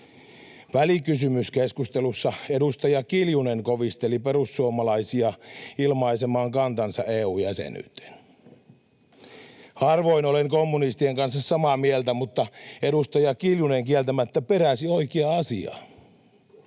Välikysymyskeskustelussa edustaja Kiljunen kovisteli perussuomalaisia ilmaisemaan kantansa EU-jäsenyyteen. Harvoin olen kommunistien kanssa samaa mieltä, mutta edustaja Kiljunen kieltämättä peräsi oikeaa asiaa.